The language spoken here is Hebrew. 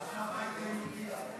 מה עשה הבית היהודי?